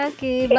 Okay